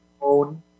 own